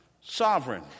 Sovereign